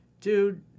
Dude